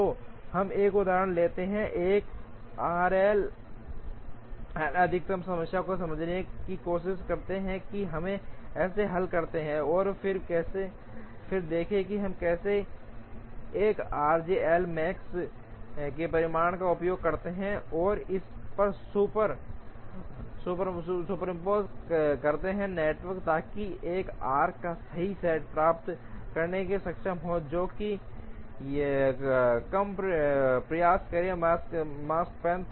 तो हम एक उदाहरण लेते हैं 1 आर एल एल अधिकतम समस्या को समझने की कोशिश करते हैं कि हम कैसे हल करते हैं वह और फिर देखें कि हम कैसे 1 आरजे एल मैक्स से परिणाम का उपयोग करते हैं और इस पर सुपरइमोस करते हैं नेटवर्क ताकि हम आर्क्स का सही सेट प्राप्त करने में सक्षम हों जो कि कम प्रयास करे makespan